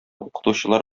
укытучылар